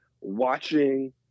watching